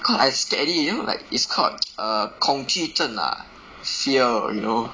cause I scared already you know like it's called err 恐惧症 ah fear you know